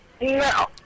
No